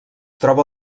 troba